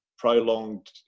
prolonged